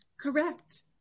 Correct